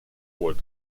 wood